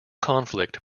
conflict